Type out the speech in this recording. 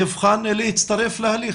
יבחן להצטרף להליך?